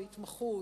והתמחות,